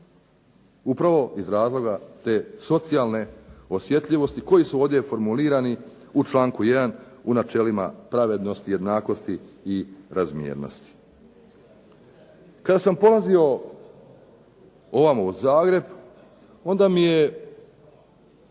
Upravo iz razloga te socijalne osjetljivosti koji su ovdje formulirani u članku 1. u načelima pravednosti, jednakosti i razmjernosti. Kada sam polazio ovamo u Zagreb onda mi je